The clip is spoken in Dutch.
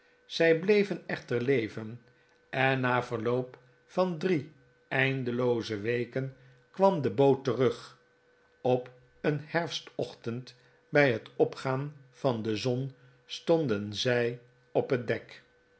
zij bleven echter leven en na verloop van drie eindelooze weken kwam de boot maarten chuzzlewit terug op een herfstochtend bij het opgaan van de zon stonden zij op het dek